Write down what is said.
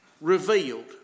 revealed